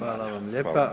Hvala vam lijepa.